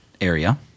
area